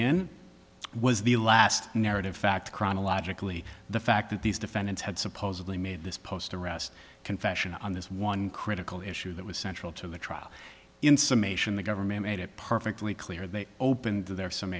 in was the last narrative fact chronologically the fact that these defendants had supposedly made this post arrest confession on this one critical issue that was central to the trial in summation the government made it perfectly clear they opened their s